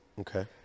Okay